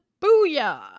Booyah